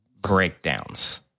breakdowns